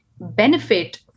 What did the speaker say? benefit